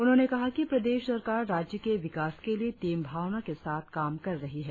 उन्होंने कहा कि प्रदेश सरकार राज्य के विकास के लिए टिम भावना के साथ काम कर रही है